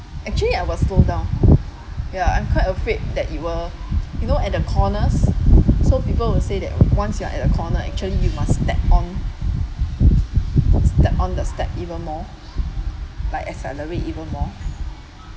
actually I was slowed down ya I quite afraid that it will you know at the corners so people will say that once you are at a corner actually you must step on step on the step even more like accelerate even more